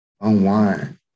Unwind